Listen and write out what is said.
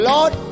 Lord